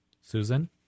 Susan